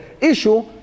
issue